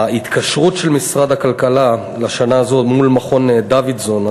ההתקשרות של משרד הכלכלה לשנה הזאת מול מכון דוידסון,